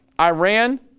Iran